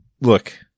look